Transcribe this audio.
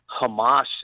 Hamas